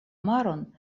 maron